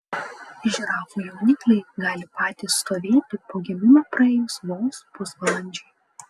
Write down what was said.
žirafų jaunikliai gali patys stovėti po gimimo praėjus vos pusvalandžiui